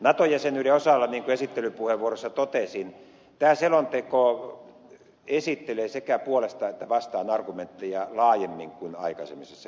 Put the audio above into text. nato jäsenyyden osalta niin kuin esittelypuheenvuorossani totesin tämä selonteko esittelee sekä puolesta että vastaan argumentteja laajemmin kuin on tehty aikaisemmissa selonteoissa